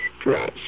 stretch